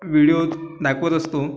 व्हिडिओत दाखवत असतो